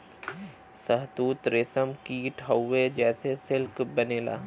शहतूत रेशम कीट हउवे जेसे सिल्क बनेला